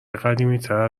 قدیمیتر